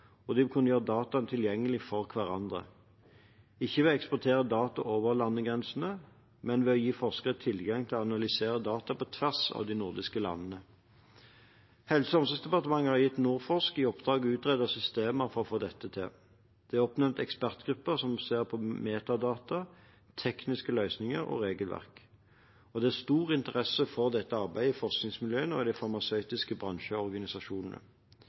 og de må kunne gjøre dataene tilgjengelige for hverandre, ikke ved å eksportere data over landegrensene, men ved å gi forskere tilgang til å analysere data på tvers av de nordiske landene. Helse- og omsorgsdepartementet har gitt NordForsk i oppdrag å utrede systemer for å få til dette. Det er oppnevnt ekspertgrupper som ser på metadata, tekniske løsninger og regelverk. Det er stor interesse for dette arbeidet i forskningsmiljøene og i de farmasøytiske bransjeorganisasjonene.